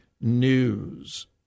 News